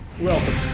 Welcome